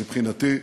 מבחינתי,